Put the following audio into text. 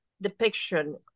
depiction